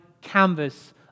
canvas